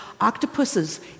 Octopuses